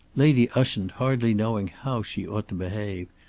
lady ushant, hardly knowing how she ought to behave,